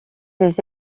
des